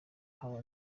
hano